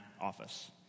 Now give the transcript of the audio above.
office